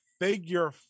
figure